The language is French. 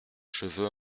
cheveux